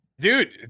dude